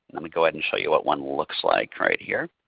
let me go ahead and show you what one looks like right here.